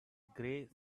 gray